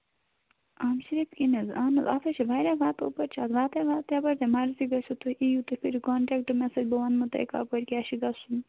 آ صحت کِنۍ حظ اَہن حظ اَتھ حظ چھِ واریاہ وَتہٕ اپٲرۍ اپٲرۍ چھِ اَز وتے وَتہٕ یَپٲرۍ تۄہہِ مَرضی گژھٮ۪و تُہۍ یِیو تُہۍ کٔرِو پانہٕ کانٹٮ۪کٹہٕ مےٚ سۭتۍ بہٕ وَنہو تۄہہِ کَپٲرۍ کیٛاہ چھُ گژھُن